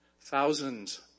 thousands